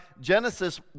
Genesis